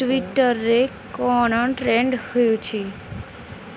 ଟ୍ୱିଟରରେ କ'ଣ ଟ୍ରେଣ୍ଡ ହେଉଛି